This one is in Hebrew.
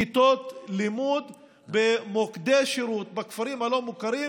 כיתות לימוד במוקדי שירות בכפרים הלא-מוכרים,